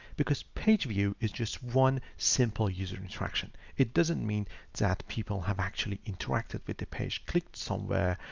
because pageview is just one simple user interaction. it doesn't mean that people have actually interacted with the page clicked somewhere,